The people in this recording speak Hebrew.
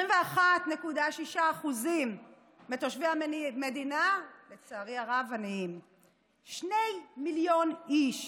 21.6% מתושבי המדינה, לצערי הרב, שני מיליון איש,